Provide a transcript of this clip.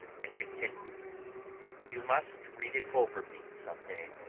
and continued you must read it over me some day.